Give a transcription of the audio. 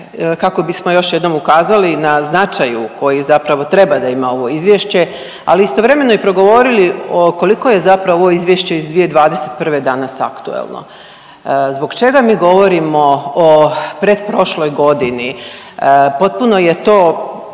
bismo još jednom ukazali na značaju koji zapravo treba da ima ovo izvješće, ali istovremeno i progovorili koliko je zapravo ovo izvješće iz 2021. danas aktuelno, zbog čega mi govorimo o pretprošloj godini? Potpuno je to,